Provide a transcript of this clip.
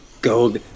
gold